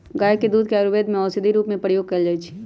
गाय के दूध के आयुर्वेद में औषधि के रूप में प्रयोग कएल जाइ छइ